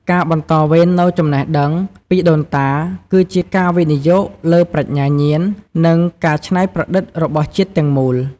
ការបន្តវេននូវចំណេះដឹងពីដូនតា គឺជាការវិនិយោគលើប្រាជ្ញាញាណ និងការច្នៃប្រឌិតរបស់ជាតិទាំងមូល។